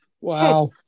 wow